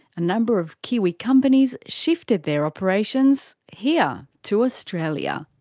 a number of kiwi companies shifted their operations here to australia.